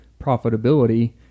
profitability